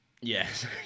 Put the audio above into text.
Yes